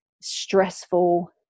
stressful